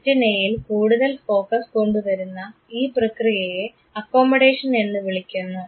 റെറ്റിനയിൽ കൂടുതൽ ഫോക്കസ് കൊണ്ടുവരുന്ന ഈ പ്രക്രിയയെ അക്കോമഡേഷൻ എന്നു വിളിക്കുന്നു